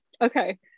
Okay